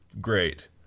Great